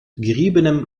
geriebenem